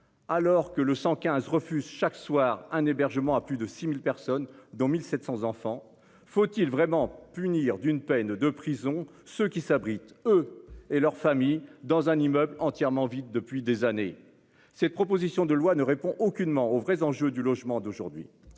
Alors que le 115 refuse chaque soir un hébergement à plus de 6000 personnes dont 1700 enfants. Faut-il vraiment punir d'une peine de prison ceux qui s'abritent eux et leurs familles dans un immeuble entièrement vide depuis des années. Cette proposition de loi ne répond aucunement aux vrais enjeux du logement d'aujourd'hui